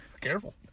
careful